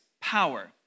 power